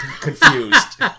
confused